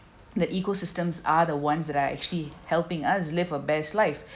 the ecosystems are the ones that are actually helping us live a best life